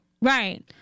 right